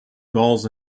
gulls